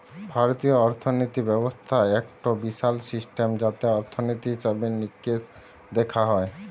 ভারতীয় অর্থিনীতি ব্যবস্থা একটো বিশাল সিস্টেম যাতে অর্থনীতি, হিসেবে নিকেশ দেখা হয়